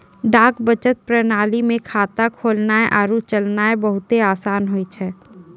डाक बचत प्रणाली मे खाता खोलनाय आरु चलैनाय बहुते असान होय छै